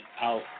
Out